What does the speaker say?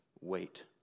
wait